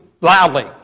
loudly